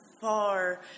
far